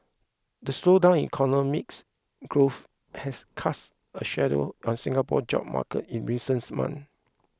the slowdown in economics growth has cast a shadow on Singapore's job market in recent months